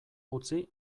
utzi